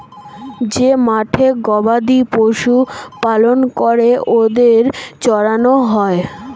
যেই মাঠে গবাদি পশু পালন করে ওদের চড়ানো হয়